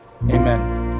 amen